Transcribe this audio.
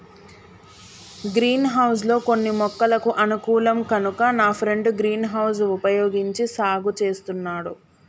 green house లో కొన్ని మొక్కలకు అనుకూలం కనుక నా ఫ్రెండు గ్రీన్ హౌస్ వుపయోగించి సాగు చేస్తున్నాడు